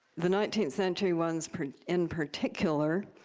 the nineteenth century ones in particular.